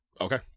Okay